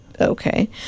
Okay